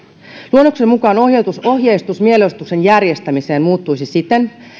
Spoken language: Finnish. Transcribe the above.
luonnoksen mukaan ohjeistus ohjeistus mielenosoituksen järjestämiseen muuttuisi siten